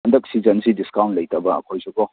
ꯍꯟꯗꯛ ꯁꯤꯖꯟꯁꯤ ꯗꯤꯁꯀꯥꯎꯟ ꯂꯩꯇꯕ ꯑꯩꯈꯣꯏꯁꯨꯀꯣ